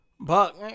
Buck